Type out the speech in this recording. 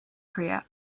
korea